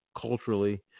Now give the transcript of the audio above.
culturally